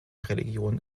religion